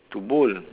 to bowl